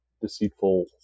deceitful